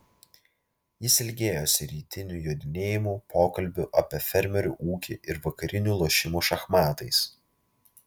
jis ilgėjosi rytinių jodinėjimų pokalbių apie fermerių ūkį ir vakarinių lošimų šachmatais